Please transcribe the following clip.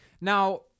Now